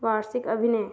वार्षिक अभिनय